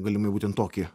galimai būtent tokį